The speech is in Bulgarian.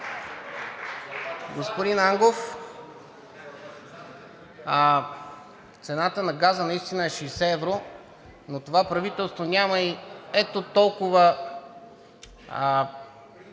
Господин Ангов, цената на газа наистина е 60 евро, но това правителство няма и ето толкова